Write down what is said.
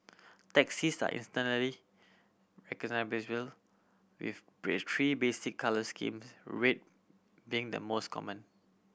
taxis are instantly with three basic colour schemes red being the most common